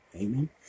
amen